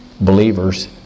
believers